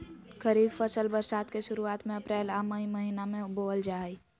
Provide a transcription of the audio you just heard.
खरीफ फसल बरसात के शुरुआत में अप्रैल आ मई महीना में बोअल जा हइ